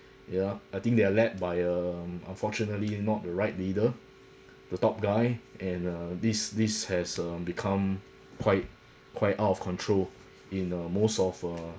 yeah I think they are led by um unfortunately not the right leader the top guy and uh this this has um become quite quite out of control in uh most of uh